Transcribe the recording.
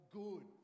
good